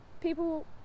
people